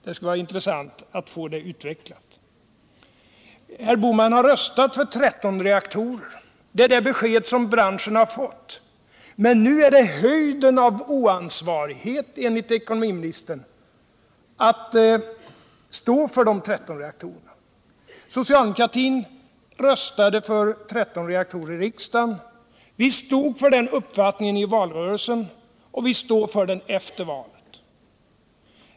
Det skulle vara intressant att få detta utvecklat. Herr Bohman har röstat för 13 reaktorer. Det är det beskedet branschen har fått. Men nu är det höjden av oansvarighet enligt ekonomiministern att stå för beslutet om dessa 13 reaktorer. Socialdemokratin röstade för 13 reaktorer i riksdagen. Vi stod för den uppfattningen i valrörelsen, och vi står för den efter valet.